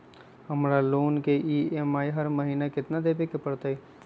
हमरा लोन के ई.एम.आई हर महिना केतना देबे के परतई?